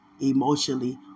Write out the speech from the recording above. emotionally